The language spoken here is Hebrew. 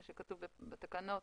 ומה שכתוב בתקנות,